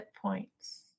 Points